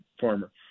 farmer